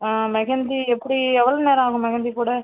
மெஹந்தி எப்படி எவ்வளோ நேரம் ஆகும் மெஹந்தி போட